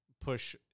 push